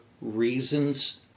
reasons